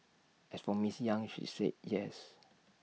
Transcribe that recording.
as for miss yang she said yes